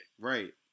Right